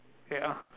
ah